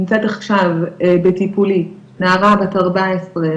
נמצאת עכשיו בטיפולי נערה בת 14,